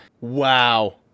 Wow